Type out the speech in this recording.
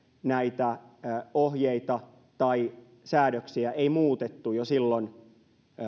näitä ohjeita tai säädöksiä ei muutettu jo silloin